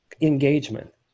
engagement